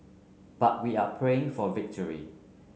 but we are praying for victory